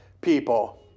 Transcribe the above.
people